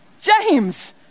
James